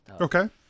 Okay